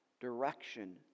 direction